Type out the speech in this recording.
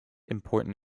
important